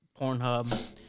Pornhub